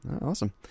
Awesome